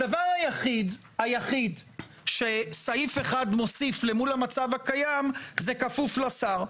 הדבר היחיד שסעיף 1 מוסיף למול המצב הקיים זה כפוף לשר.